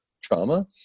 trauma